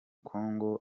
kong